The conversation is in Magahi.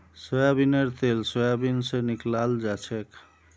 सोयाबीनेर तेल सोयाबीन स निकलाल जाछेक